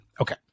Okay